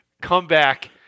comeback